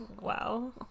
wow